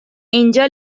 اینجا